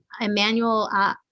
Emmanuel